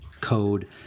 code